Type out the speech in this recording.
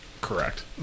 Correct